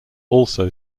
also